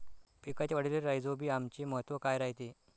पिकाच्या वाढीले राईझोबीआमचे महत्व काय रायते?